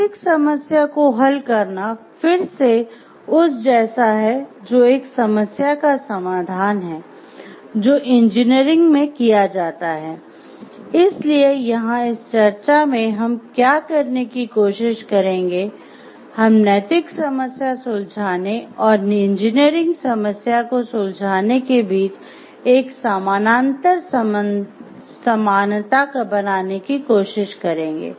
नैतिक समस्या को हल करना फिर से उस जैसा है जो एक समस्या का समाधान है जो इंजीनियरिंग में किया जाता है इसलिए यहां इस चर्चा में हम क्या करने की कोशिश करेंगे हम नैतिक समस्या सुलझाने और इंजीनियरिंग समस्या को सुलझाने के बीच एक समानांतर समानता बनाने की कोशिश करेंगे